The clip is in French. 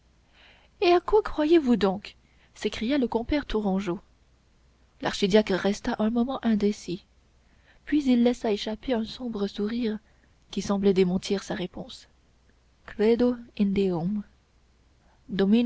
et à quoi croyez-vous donc s'écria le compère tourangeau l'archidiacre resta un moment indécis puis il laissa échapper un sombre sourire qui semblait démentir sa réponse credo